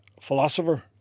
philosopher